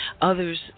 others